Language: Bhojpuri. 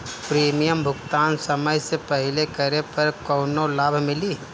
प्रीमियम भुगतान समय से पहिले करे पर कौनो लाभ मिली?